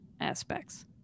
aspects